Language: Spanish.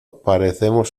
parecemos